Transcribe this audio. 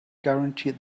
guaranteed